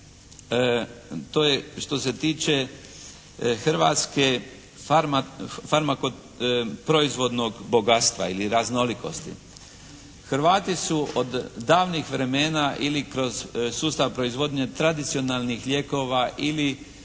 to je što se tiče hrvatske farmako, proizvodnog bogatstva ili raznolikosti. Hrvatu su od davnih vremena ili kroz sustav proizvodnje tradicionalnih lijekova ili